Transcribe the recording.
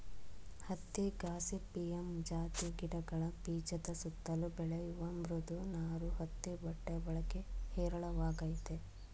ಹತ್ತಿ ಗಾಸಿಪಿಯಮ್ ಜಾತಿ ಗಿಡಗಳ ಬೀಜದ ಸುತ್ತಲು ಬೆಳೆಯುವ ಮೃದು ನಾರು ಹತ್ತಿ ಬಟ್ಟೆ ಬಳಕೆ ಹೇರಳವಾಗಯ್ತೆ